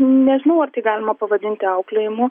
nežinau ar tai galima pavadinti auklėjimu